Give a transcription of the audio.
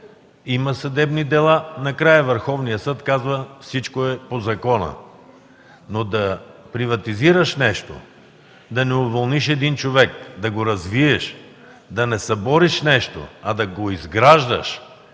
има съдебни дела, накрая Върховният съд казва: „Всичко е по закона”. Но да приватизираш нещо, да не уволниш един човек, да го развиеш, да не събориш нещо, а да го изграждаш